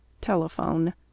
Telephone